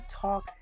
talk